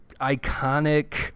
iconic